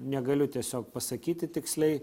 negaliu tiesiog pasakyti tiksliai